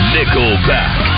Nickelback